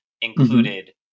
included